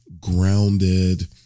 grounded